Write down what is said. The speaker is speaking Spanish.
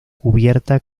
cubierta